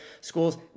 schools